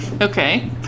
Okay